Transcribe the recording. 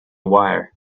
wire